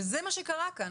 ואני חושבת שזה מה שקרה כאן,